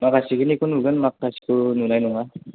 माखासेखिनिखौ नुगोन माखासेखौ नुनाय नङा